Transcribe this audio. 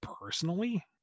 personally